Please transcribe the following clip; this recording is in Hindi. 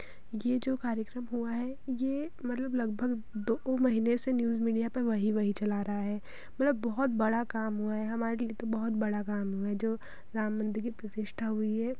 यह जो कार्यक्रम हुआ है यह मतलब लगभग दो महीने से न्यूज़ मीडिया पर वही वही चला रहा है मतलब बहुत बड़ा काम हुआ है हमारे लिए तो बहुत बड़ा काम हुआ है जो राम मंदिर की प्रतिष्ठा हुई है